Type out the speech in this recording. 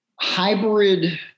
hybrid